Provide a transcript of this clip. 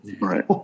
Right